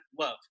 love